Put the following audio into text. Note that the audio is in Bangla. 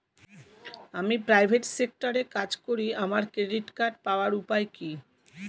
আমি প্রাইভেট সেক্টরে কাজ করি আমার ক্রেডিট কার্ড পাওয়ার উপায় কি?